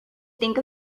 think